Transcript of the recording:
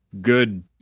good